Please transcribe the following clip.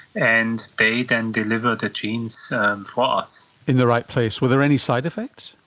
and they then deliver the genes for us. in the right place. were there any side effects?